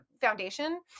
foundation